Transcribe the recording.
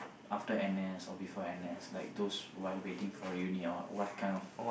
after N_S or before N_S like those while waiting for uni or what kind of